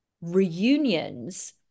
reunions